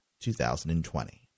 2020